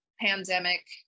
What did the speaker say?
pandemic